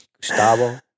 Gustavo